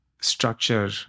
structure